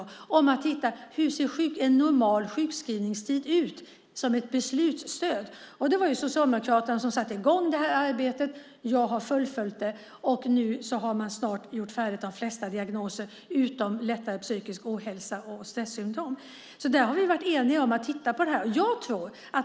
Man ska titta på hur en normal sjukskrivningstid ser ut, som ett beslutsstöd. Det var Socialdemokraterna som satte i gång arbetet. Jag har fullföljt det. Nu har man snart gjort färdigt de flesta diagnoser utom lättare psykisk ohälsa och stressymtom. Vi har varit eniga om att titta på det här.